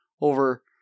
over